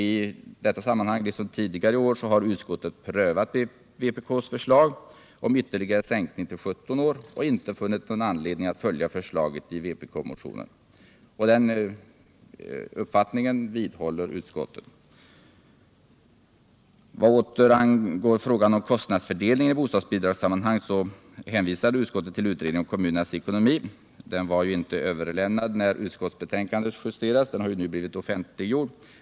I detta sammanhang liksom tidigare i år har utskottet prövat vpk:s förslag om ytterligare sänkning till 17 år och inte funnit anledning följa förslaget i vpk-motionen. Den uppfattningen vidhåller utskottet. Vad åter angår frågan om kostnadsfördelningen i bostadsbidragssammanhang hänvisar utskottet till utredningen om kommunernas ekonomi. Utredningens betänkande, som inte var överlämnat när utskottsbetänkandet justerades, har nu offentliggjorts.